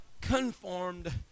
conformed